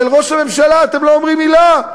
אבל על ראש הממשלה אתם לא אומרים מילה.